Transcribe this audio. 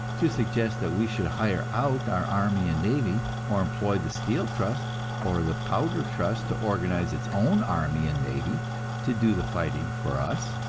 to suggest that we should hire out our army and navy, or employ the steel trust or the powder trust to organize its own army and navy to do the fighting for us.